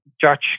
judge